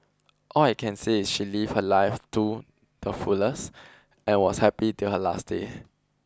all I can say is she lived her life too the fullest and was happy till her last day